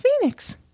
Phoenix